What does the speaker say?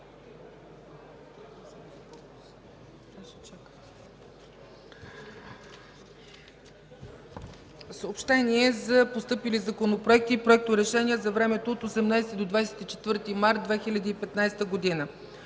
Съобщения за постъпили законопроекти и проекторешения за времето от 18 до 24 март 2015 г.: